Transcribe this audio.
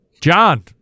John